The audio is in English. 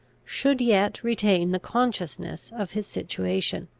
should yet retain the consciousness of his situation.